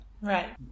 right